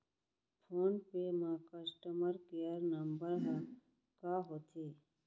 Phone पे म customer care number ह का होथे?